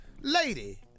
Lady